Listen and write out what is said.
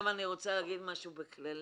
אני רוצה להגיד משהו כללי.